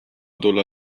tulla